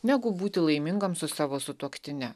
negu būti laimingoms su savo sutuoktine